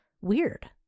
weird